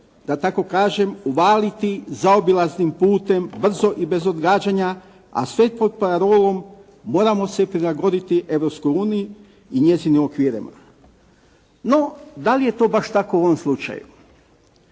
da tako kažem uvaliti zaobilaznim putem, brzo i bez odgađanja, a sve pod parolom moramo se prilagoditi Europskoj uniji i njezinim okvirima. No, dali je to baš tako u ovom slučaju?